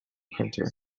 printer